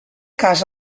cas